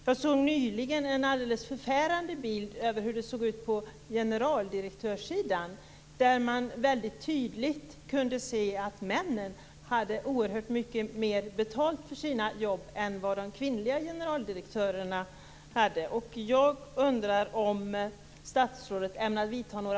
Jag såg nyligen en alldeles förfärande bild över hur det ser ut på generaldirektörssidan, där man väldigt tydligt kunde se att männen får oerhört mycket mer betalt för sina jobb än vad de kvinnliga generaldirektörerna får.